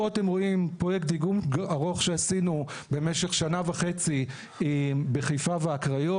פה אתם רואים פרויקט דיגום ארוך שעשינו במשך שנה וחצי בחיפה והקריות.